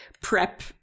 prep